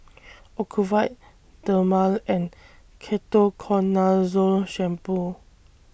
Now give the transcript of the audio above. Ocuvite Dermale and Ketoconazole Shampoo